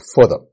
further